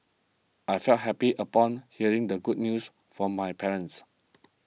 I felt happy upon hearing the good news from my parents